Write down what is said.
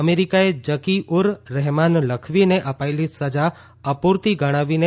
અમેરિકાએ જકી ઉર રહેમાન લખવીને અપાયેલી સજા અપૂરતી ગણાવીને